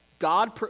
God